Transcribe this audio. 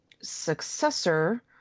successor